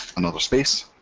another space,